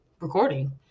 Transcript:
recording